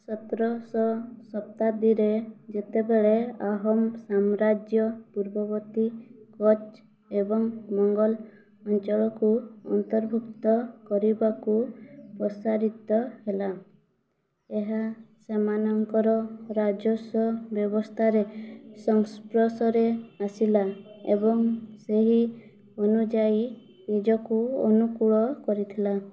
ସତରଶହ ଶତାବ୍ଦୀରେ ଯେତେବେଳେ ଆହୋମ ସାମ୍ରାଜ୍ୟ ପୂର୍ବବର୍ତ୍ତୀ କୋଚ୍ ଏବଂ ମୋଗଲ ଅଞ୍ଚଳକୁ ଅନ୍ତର୍ଭୁକ୍ତ କରିବାକୁ ପ୍ରସାରିତ ହେଲା ଏହା ସେମାନଙ୍କର ରାଜସ୍ୱ ବ୍ୟବସ୍ଥାର ସଂସ୍ପର୍ଶରେ ଆସିଲା ଏବଂ ସେହି ଅନୁଯାୟୀ ନିଜକୁ ଅନୁକୂଳ କରିଥିଲା